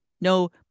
no